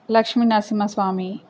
Lakshmi Narasimhaswamy